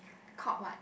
called what